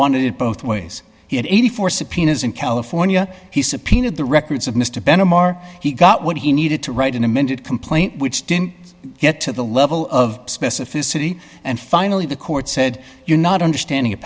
wanted it both ways he had eighty four subpoenas in california he subpoenaed the records of mr ben m r he got what he needed to write an amended complaint which didn't get to the level of specificity and finally the court said you're not understanding